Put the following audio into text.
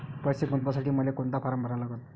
पैसे गुंतवासाठी मले कोंता फारम भरा लागन?